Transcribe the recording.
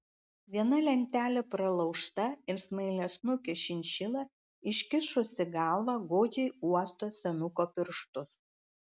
viena lentelė pralaužta ir smailiasnukė šinšila iškišusi galvą godžiai uosto senuko pirštus